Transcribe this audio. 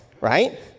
right